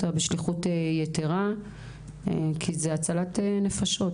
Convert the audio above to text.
זה בשליחות יתרה כי מדובר בהצלת נפשות.